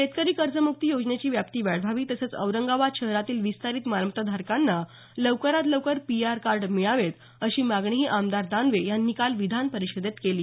शेतकरी कर्जम्क्ती योजनेची व्याप्ती वाढवावी तसंच औरंगाबाद शहरातील विस्तारित मालमत्ताधारकांना लवकरात लवकर पीआर कार्ड मिळावेत अशी मागणीही आमदार दानवे यांनी काल विधान परिषदेत केली